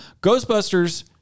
Ghostbusters